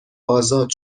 آزاد